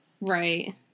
Right